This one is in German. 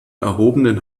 erhobenen